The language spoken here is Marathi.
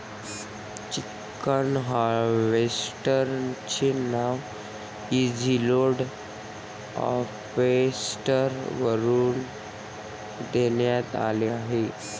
चिकन हार्वेस्टर चे नाव इझीलोड हार्वेस्टर वरून देण्यात आले आहे